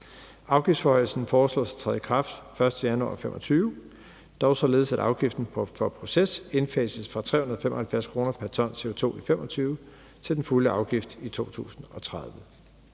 Afgiftsforhøjelsen foreslås at træde i kraft 1. januar 2025, dog således at afgiften for proces indfases fra 375 kr. pr. ton CO2 i 2025 til den fulde afgift i 2030.